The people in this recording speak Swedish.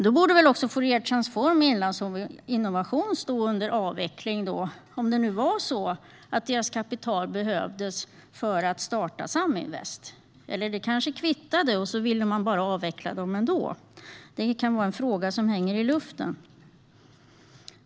Då borde väl också Fouriertransform och Inlandsinnovation stå som "under avveckling", om det nu var så att deras kapital behövdes för att starta Saminvest? Eller det kanske kvittade - man kanske ville avveckla dem ändå? Det kan vara en fråga som får hänga i luften.